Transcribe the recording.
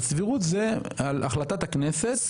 על סבירות זה על החלטת הכנסת.